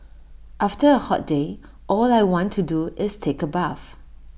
after A hot day all I want to do is take A bath